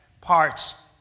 parts